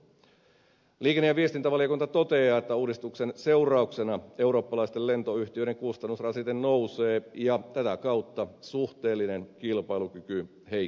liikenne ja viestintävaliokunta toteaa että uudistuksen seurauksena eurooppalaisten lentoyhtiöiden kustannusrasite nousee ja tätä kautta suhteellinen kilpailukyky heikkenee